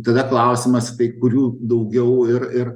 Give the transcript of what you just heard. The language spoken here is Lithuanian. tada klausimas tai kurių daugiau ir ir